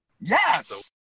Yes